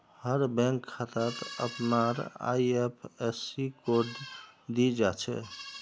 हर bank खातात अपनार IFSC code दि छे